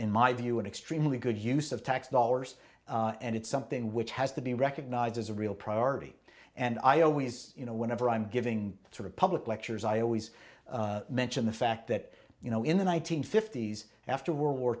in my view an extremely good use of tax dollars and it's something which has to be recognized as a real priority and i always you know whenever i'm giving sort of public lectures i always mention the fact that you know in the one nine hundred fifty s after world war